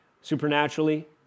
supernaturally